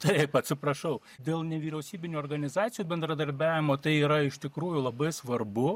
taip atsiprašau dėl nevyriausybinių organizacijų bendradarbiavimo tai yra iš tikrųjų labai svarbu